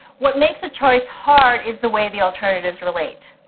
what makes a choice hard is the way the alternatives relate.